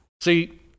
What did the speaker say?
See